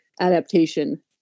adaptation